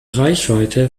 reichweite